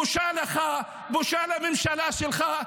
בושה לך, בושה לממשלה שלך.